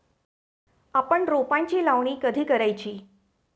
आपण रोपांची लावणी कधी करायची?